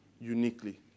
Uniquely